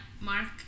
Mark